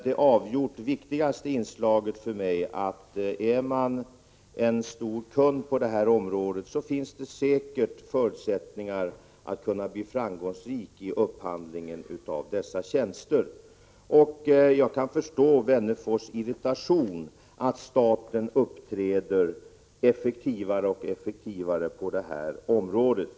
Det avgjort viktigaste för mig är att är man en stor kund, finns det säkert förutsättningar att bli framgångsrik i upphandlingen av dessa tjänster. Jag kan förstå Wennerfors irritation över att staten uppträder mer och mer effektivt på det här området.